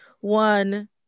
One